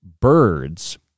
birds